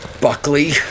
Buckley